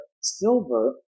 silver